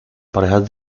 parejas